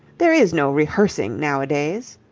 there is no rehearsing nowadays.